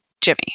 Jimmy